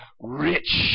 rich